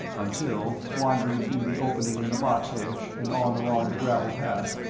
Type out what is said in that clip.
until, wandering through the opening in the box hedge and on along the gravel path,